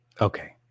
Okay